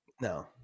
No